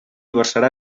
versarà